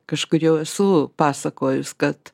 kažkur jau esu pasakojus kad